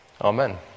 Amen